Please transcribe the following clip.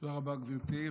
תודה רבה, גברתי.